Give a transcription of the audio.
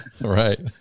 Right